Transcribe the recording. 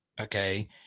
okay